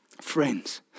Friends